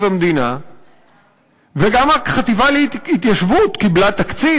המדינה וגם החטיבה להתיישבות קיבלה תקציב,